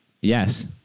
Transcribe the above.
yes